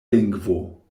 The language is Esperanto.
lingvo